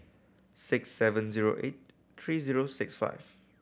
six seven zero eight three zero six five